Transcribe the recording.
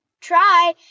try